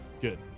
good